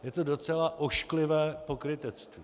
Je to docela ošklivé pokrytectví.